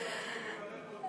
מי שעוד,